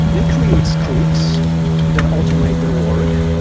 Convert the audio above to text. they create scripts that automate their work,